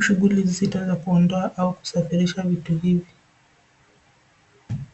shughuli nzito za kuondoa au kusafirisha vitu hivi.